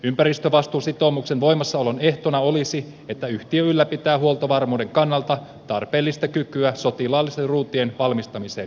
ympäristövastuusitoumuksen voimassaolon ehtona olisi että yhtiö ylläpitää huoltovarmuuden kannalta tarpeellista kykyä sotilasruutien valmistamiseen vihtavuoressa